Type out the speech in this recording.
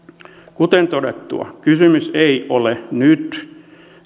kuten todettua kysymys ei ole nyt